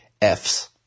Fs